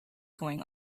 going